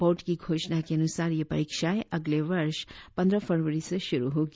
board की घोषणा के अनुसार ये परीक्षाएं अगले वर्ष पंद्रह फरवरी से शुरु होंगी